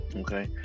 okay